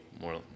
more